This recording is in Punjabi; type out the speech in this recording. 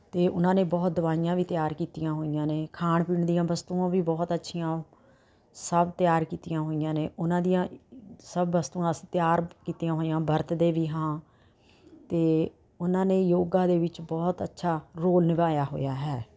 ਅਤੇ ਉਹਨਾਂ ਨੇ ਬਹੁਤ ਦਵਾਈਆਂ ਵੀ ਤਿਆਰ ਕੀਤੀਆਂ ਹੋਈਆਂ ਨੇ ਖਾਣ ਪੀਣ ਦੀਆਂ ਵਸਤੂਆਂ ਵੀ ਬਹੁਤ ਅੱਛੀਆ ਸਭ ਤਿਆਰ ਕੀਤੀਆਂ ਹੋਈਆਂ ਨੇ ਉਹਨਾਂ ਦੀਆਂ ਸਭ ਵਸਤੂਆਂ ਅਸੀਂ ਤਿਆਰ ਕੀਤੀਆਂ ਹੋਈਆਂ ਵਰਤਦੇ ਵੀ ਹਾਂ ਅਤੇ ਉਹਨਾਂ ਨੇ ਯੋਗਾ ਦੇ ਵਿੱਚ ਬਹੁਤ ਅੱਛਾ ਰੋਲ ਨਿਭਾਇਆ ਹੋਇਆ ਹੈ